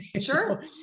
Sure